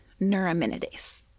neuraminidase